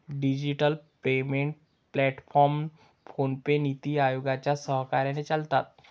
digital payment platform PhonePe, नीति आयोगाच्या सहकार्याने चालतात